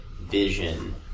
vision